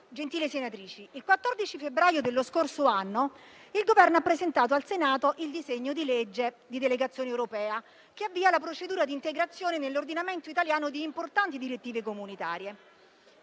gentili senatrici, il 14 febbraio dello scorso anno il Governo ha presentato al Senato il disegno di legge di delegazione europea che avvia la procedura di integrazione nell'ordinamento italiano di importanti direttive comunitarie,